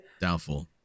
Doubtful